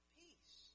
peace